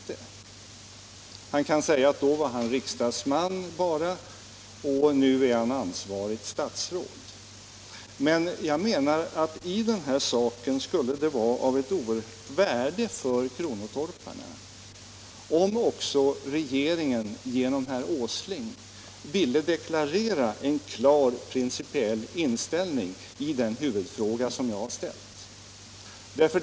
Herr Åsling kan säga att då var han bara riksdagsman och nu är han ansvarigt statsråd, men jag menar att i denna sak skulle det vara oerhört värdefullt för kronotorparna om också regeringen genom herr Åsling ville deklarera en klar principiell inställning i den huvudfråga som jag har ställt.